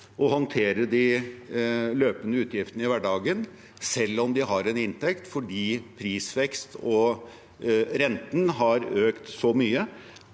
å håndtere de løpende utgiftene i hverdagen, selv om de har en inntekt, fordi prisveksten og renten har økt så mye.